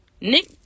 Nick